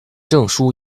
证书